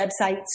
websites